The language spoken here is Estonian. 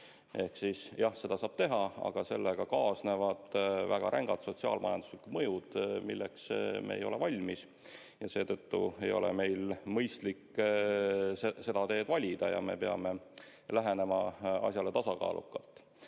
Ehk siis jah, seda saab teha, aga sellega kaasnevad väga rängad sotsiaal-majanduslikud mõjud, milleks me ei ole valmis, ja seetõttu ei ole meil mõistlik seda teed valida. Me peame lähenema asjale tasakaalukalt.